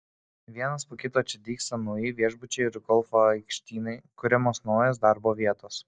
vienas po kito čia dygsta nauji viešbučiai ir golfo aikštynai kuriamos naujos darbo vietos